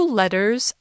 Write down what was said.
letters